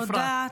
תודה.